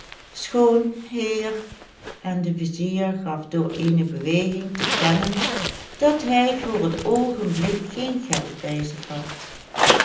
schoon heer en de vizier gaf door eene beweging te kennen dat hij voor t oogenblik geen geld bij zich had